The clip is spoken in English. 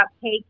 cake